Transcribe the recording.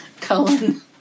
Cullen